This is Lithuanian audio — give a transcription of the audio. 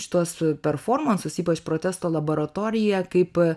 šituos performansus ypač protesto laboratoriją kaip